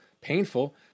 painful